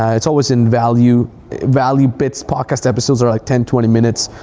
ah it's always in value value bits, podcast episodes are like ten, twenty minutes.